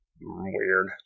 Weird